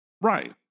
Right